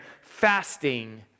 fasting